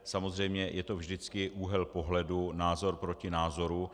Samozřejmě je to vždycky úhel pohledu, názor proti názoru.